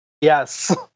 Yes